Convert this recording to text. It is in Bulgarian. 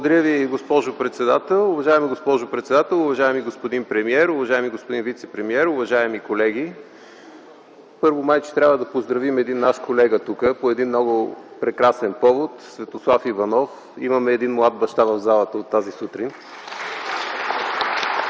Благодаря Ви, госпожо председател. Уважаема госпожо председател, уважаеми господин премиер, уважаеми господин вицепремиер, уважаеми колеги! Първо, май че трябва да поздравим един наш колега тук по един много прекрасен повод – Светослав Иванов. Имаме един млад баща в залата от тази сутрин.